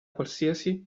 qualsiasi